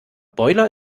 boiler